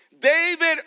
David